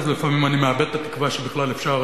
אז לפעמים אני מאבד את התקווה שבכלל אפשר